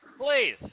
Please